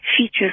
features